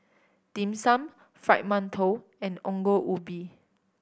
Dim Sum Fried Mantou and Ongol Ubi